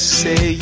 say